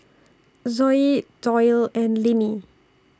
Zoie Doyle and Linnie